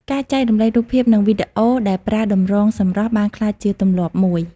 ការចែករំលែករូបភាពនិងវីដេអូដែលប្រើតម្រងសម្រស់បានក្លាយជាទម្លាប់មួយ។